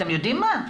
אתם יודעים מה?